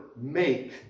make